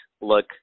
look